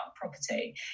property